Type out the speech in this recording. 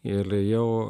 il ėjau